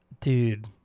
Dude